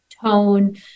tone